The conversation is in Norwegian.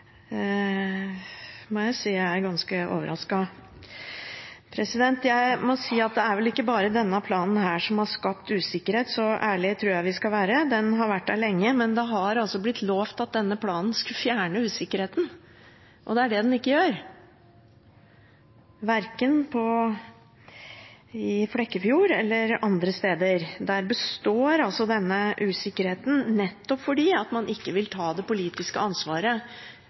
må jeg si jeg er ganske overrasket. Det er ikke bare denne planen som har skapt usikkerhet, så ærlige tror jeg vi skal være. Den har vært der lenge, men det har altså blitt lovt at denne planen skulle fjerne usikkerheten. Men det er det den ikke gjør, verken i Flekkefjord eller andre steder. Der består usikkerheten nettopp fordi man ikke vil ta det politiske ansvaret